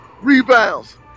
rebounds